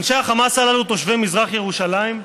אנשי החמאס הללו, תושבי מזרח ירושלים,